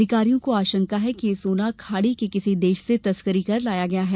अधिकारियों को आशंका है कि ये सोना खाड़ी के किसी देश से तस्करी कर लाया गया है